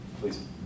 Please